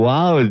Wow